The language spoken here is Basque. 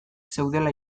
zeudela